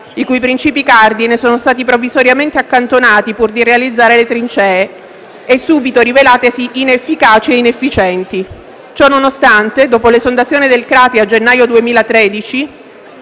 i cui principi cardine sono stati provvisoriamente accantonati pur di realizzare le trincee, e subito rivelatesi inefficaci e inefficienti. Ciononostante, dopo l'esondazione del Crati a gennaio 2013,